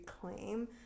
claim